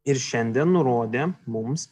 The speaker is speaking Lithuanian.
ir šiandien nurodė mums